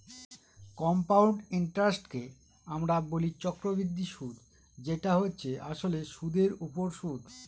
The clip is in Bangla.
কম্পাউন্ড ইন্টারেস্টকে আমরা বলি চক্রবৃদ্ধি সুদ যেটা হচ্ছে আসলে সুধের ওপর সুদ